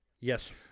Yes